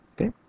Okay